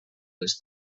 les